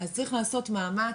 אז צריך לעשות מאמץ.